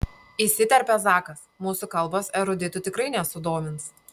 įsiterpia zakas mūsų kalbos eruditų tikrai nesudomins